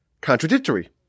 contradictory